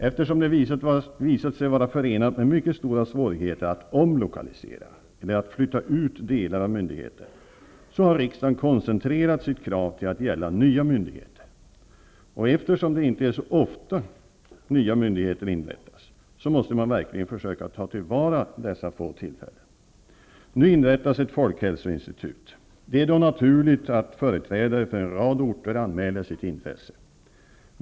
Eftersom det har visat sig vara förenat med mycket stora svårigheter att omlokalisera eller att flytta ut delar av myndigheter har riksdagen koncentrerat sitt krav till att gälla nya myndigheter. Men det är ju inte särskilt ofta som nya myndigheter inrättas. Därför måste man verkligen försöka ta till vara de få tillfällen som erbjuds. Nu inrättas ett folkhälsoinstitut. Det är därför naturligt att företrädare för en rad orter anmäler sitt intresse.